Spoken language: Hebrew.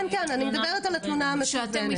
כן, אני מדברת על התלונה המקוונת.